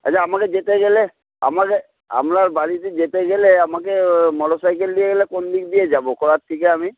আচ্ছা আমাকে যেতে গেলে আমাকে আপনার বাড়িতে যেতে গেলে আমাকে মোটরসাইকেল নিয়ে গেলে কোনদিক দিয়ে যাব থেকে আমি